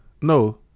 No